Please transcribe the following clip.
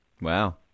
Wow